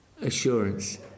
assurance